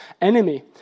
enemy